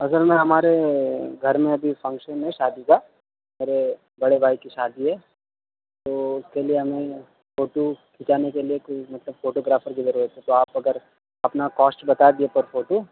اصل میں ہمارے گھر میں ابھی فنکشن ہے شادی کا میرے بڑے بھائی کی شادی ہے تو اس کے لیے ہمیں فوٹو کھنچانے کے لیے کوئی مطلب فوٹوگرافر کی ضرورت ہے تو آپ اگر اپنا کوسٹ بتا دیے پر فوٹو